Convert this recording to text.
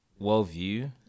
worldview